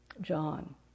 John